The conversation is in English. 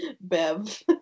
Bev